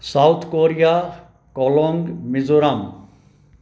south Korea कोलोंग मिज़ोरम